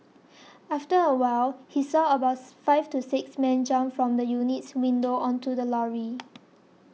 after a while he saw about five to six men jump from the unit's windows onto the lorry